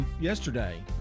yesterday